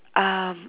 um